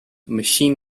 machine